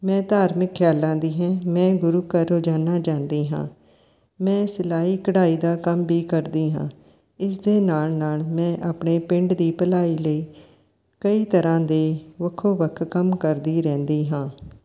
ਮੈਂ ਧਾਰਮਿਕ ਖਿਆਲਾਂ ਦੀ ਹਾਂ ਮੈਂ ਗੁਰੂ ਘਰ ਰੋਜ਼ਾਨਾ ਜਾਂਦੀ ਹਾਂ ਮੈਂ ਸਿਲਾਈ ਕਢਾਈ ਦਾ ਕੰਮ ਵੀ ਕਰਦੀ ਹਾਂ ਇਸ ਦੇ ਨਾਲ਼ ਨਾਲ਼ ਮੈਂ ਆਪਣੇ ਪਿੰਡ ਦੀ ਭਲਾਈ ਲਈ ਕਈ ਤਰ੍ਹਾਂ ਦੇ ਵੱਖੋ ਵੱਖ ਕੰਮ ਕਰਦੀ ਰਹਿੰਦੀ ਹਾਂ